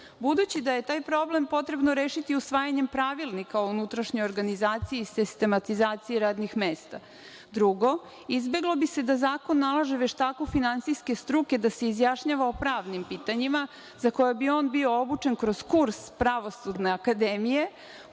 budući da je taj problem potrebno rešiti usvajanjem pravilnika o unutrašnjoj organizaciji, sistematizaciji radnih mesta. Drugo, izbeglo bi se da zakon nalaže veštaku finansijske struke da se izjašnjava o pravnim pitanjima za koje bi on bio obučen kroz kurs Pravosudne akademije